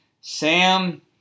Sam